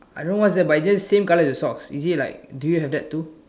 I don't know what is that but is it just the same colour as the socks is it like do you have that too